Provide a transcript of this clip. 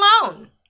alone